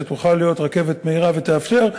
שתוכל להיות רכבת מהירה ותאפשר,